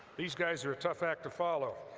these guys are a tough act to follow